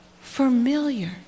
familiar